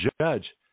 judge